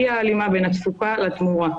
אי ההלימה בין התפוקה לתנועה.